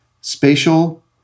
Spatial